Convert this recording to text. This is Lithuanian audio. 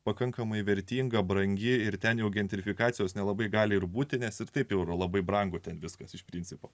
pakankamai vertinga brangi ir ten jau gentrifikacijos nelabai gali ir būti nes taip euro labai brangu ten viskas iš principo